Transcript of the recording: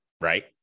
right